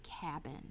cabin